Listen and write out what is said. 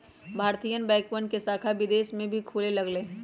भारतीय बैंकवन के शाखा विदेश में भी खुले लग लय है